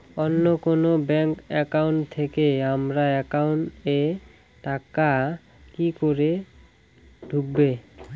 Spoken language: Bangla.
অন্য কোনো ব্যাংক একাউন্ট থেকে আমার একাউন্ট এ টাকা কি করে ঢুকবে?